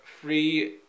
free